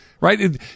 Right